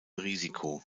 risiko